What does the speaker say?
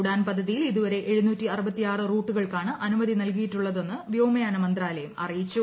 ഉഡാൻ പദ്ധതിയിൽ ഇതുവരെ റൂട്ടുകൾക്കാണ് അനുമതി നൽകിയിട്ടുള്ളതെന്ന് വ്യോമയാന മന്ത്രാലയം അറിയിച്ചു